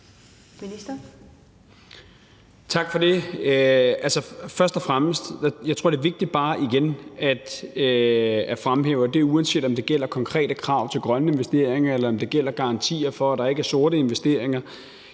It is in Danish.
at det først og fremmest igen bare er vigtigt at fremhæve – og det er, uanset om det gælder konkrete krav til grønne investeringer eller om det gælder garantier for, at der ikke er sorte investeringer